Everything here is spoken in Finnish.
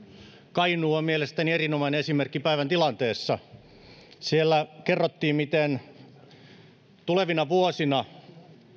kainuu on mielestäni erinomainen esimerkki päivän tilanteesta siellä kerrottiin miten sinne tulevina vuosina